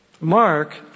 Mark